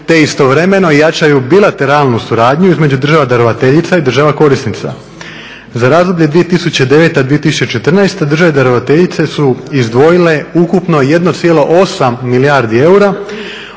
te istovremeno jačaju bilateralnu suradnju između država darovateljica i država korisnica. Za razdoblje 2009.-2014. države darovateljice su izdvojile ukupno 1,8 milijardi eura